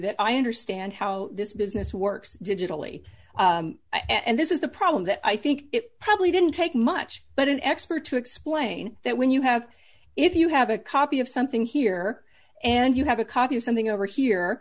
that i understand how this business works digitally and this is the problem that i think it probably didn't take much but an expert to explain that when you have if you have a copy of something here and you have a copy of something over here